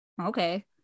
Okay